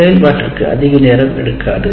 செயல்பாடு அதிக நேரம் எடுக்காது